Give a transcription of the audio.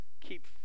keep